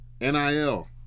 NIL